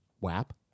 WAP